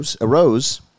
arose